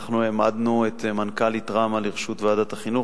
אנחנו העמדנו את מנכ"לית ראמ"ה לרשות ועדת החינוך